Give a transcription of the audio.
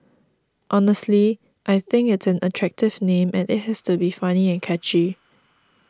honestly I think it's an attractive name and it has to be funny and catchy